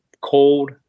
cold